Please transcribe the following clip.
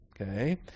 Okay